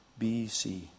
BC